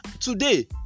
Today